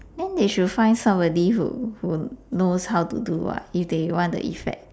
then they should find somebody who who knows how to do [what] if they want the effect